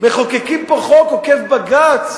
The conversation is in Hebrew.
מחוקקים פה חוק עוקף בג"ץ,